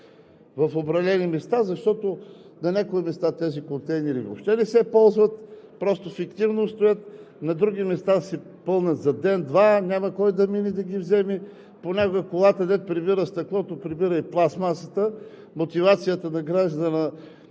на определени места, защото някъде тези контейнери въобще не се ползват – просто фиктивно стоят, на други места се пълнят за ден-два, а няма кой да мине да ги вземе. Понякога колата, дето прибира стъклото, прибира и пластмасата – мотивацията на гражданина,